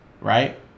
Right